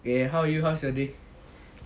okay how are you how's your day